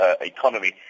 economy